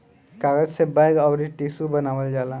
कागज से बैग अउर टिशू बनावल जाला